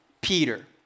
Peter